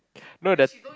no the